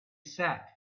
sat